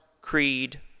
creed